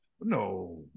No